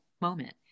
moment